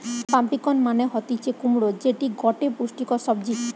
pumpkin মানে হতিছে কুমড়ো যেটি গটে পুষ্টিকর সবজি